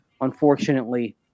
unfortunately